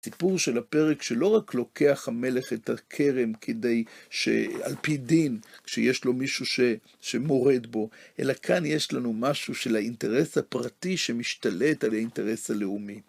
סיפור של הפרק שלא רק לוקח המלך את הכרם כדי ש..על פי דין, כשיש לו מישהו שמורד בו, אלא כאן יש לנו משהו של האינטרס הפרטי שמשתלט על האינטרס הלאומי.